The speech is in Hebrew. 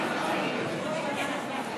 מי נגד?